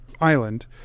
island